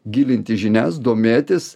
gilinti žinias domėtis